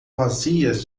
vazias